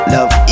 Love